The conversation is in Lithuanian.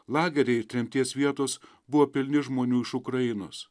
lageriai ir tremties vietos buvo pilni žmonių iš ukrainos